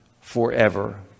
forever